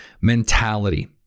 mentality